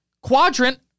Quadrant